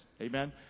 Amen